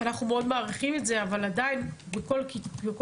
אנחנו מאוד מעריכים את זה אבל עדיין בכל יישוב